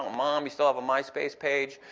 mom. you still have a myspace page?